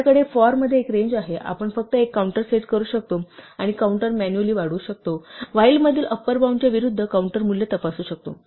आपल्याकडे for मध्ये एक रेंज आहे आपण फक्त एक काउंटर सेट करू शकतो आणि काउंटर मॅन्युअली वाढवू शकतो आणि while मध्ये अपर बाउंडच्या विरूद्ध काउंटर मूल्य तपासू शकतो